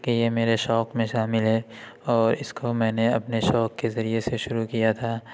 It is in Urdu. کہ یہ میرے شوق میں شامل ہے اور اس کو میں نے اپنے شوق کے ذریعے سے شروع کیا تھا